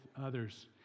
others